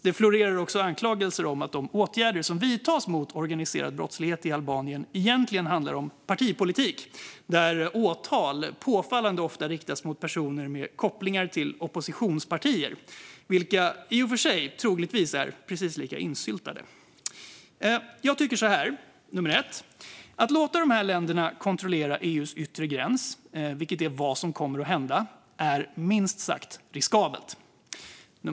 Det florerar också anklagelser om att de åtgärder som vidtas mot organiserad brottslighet i Albanien egentligen handlar om partipolitik, då åtal påfallande ofta riktas mot personer med kopplingar till oppositionspartier - som i och för sig troligtvis är precis lika insyltade. Jag tycker så här: Att låta dessa länder kontrollera EU:s yttre gräns, vilket är vad som kommer att hända, är minst sagt riskabelt.